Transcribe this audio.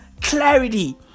clarity